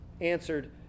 answered